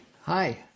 Hi